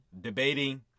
debating